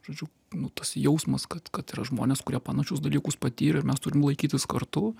žodžiu nu tas jausmas kad kad yra žmonės kurie panašius dalykus patyrė ir mes turime laikytis kartu